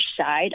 side